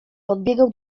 podbiegał